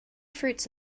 fruits